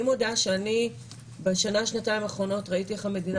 אני מודה שאני בשנה שנתיים האחרונות ראיתי איך המדינה